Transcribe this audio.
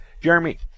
Jeremy